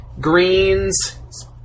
greens